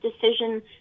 decision